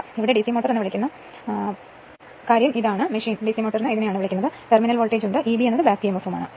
അതിനാൽ ഇത് DC motor എന്ന് വിളിക്കുന്ന പ്രത്യേകമായി ആവേശഭരിതമാണ് കൂടാതെ വി ടെർമിനൽ വോൾട്ടേജും ഇബി ബാക്ക് ഇഎംഎഫും ആണ്